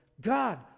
God